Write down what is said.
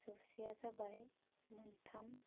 जौसेया जाबाय मोनथाम